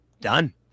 done